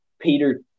Peter